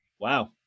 wow